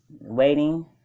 waiting